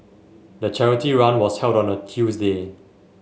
the charity run was held on a Tuesday